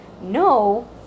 No